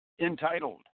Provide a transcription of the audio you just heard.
entitled